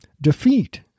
defeat